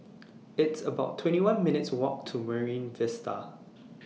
It's about twenty one minutes' Walk to Marine Vista